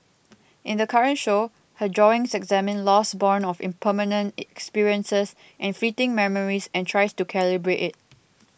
in the current show her drawings examine loss borne of impermanent experiences and fleeting memories and tries to calibrate it